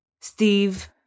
steve